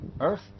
earth